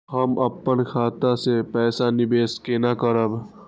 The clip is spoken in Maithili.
हम अपन खाता से पैसा निवेश केना करब?